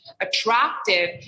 attractive